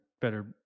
better